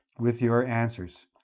with your answers.